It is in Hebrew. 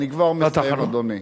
אני כבר מסיים, אדוני.